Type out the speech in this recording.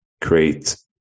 create